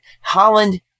Holland